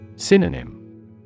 Synonym